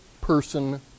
person